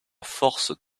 force